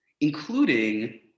including